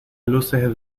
luces